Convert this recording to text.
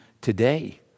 today